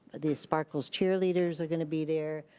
the sparkles cheerleaders are gonna be there.